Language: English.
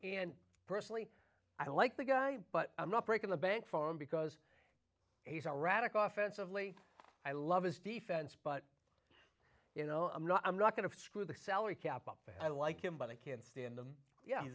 and personally i like the guy but i'm not breaking the bank for him because he's erratic office of late i love his defense but you know i'm not i'm not going to screw the salary cap up i like him but i can't stand him yeah